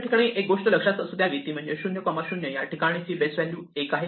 या ठिकाणी एक गोष्ट लक्षात असू द्यावी ती म्हणजे 00 या ठिकाणची बेस व्हॅल्यू 1 आहे